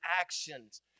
actions